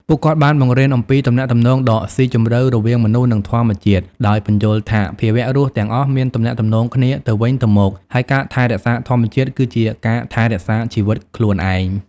ពួកគាត់បានបង្រៀនអំពីទំនាក់ទំនងដ៏ស៊ីជម្រៅរវាងមនុស្ស និងធម្មជាតិ ដោយពន្យល់ថាភាវៈរស់ទាំងអស់មានទំនាក់ទំនងគ្នាទៅវិញទៅមក ហើយការថែរក្សាធម្មជាតិគឺជាការថែរក្សាជីវិតខ្លួនឯង។